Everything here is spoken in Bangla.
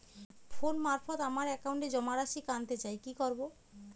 ফোন মারফত আমার একাউন্টে জমা রাশি কান্তে চাই কি করবো?